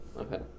Okay